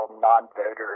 non-voters